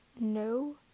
No